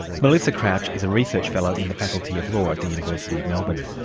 melissa crouch is a research fellow in the faculty of law at the university of melbourne.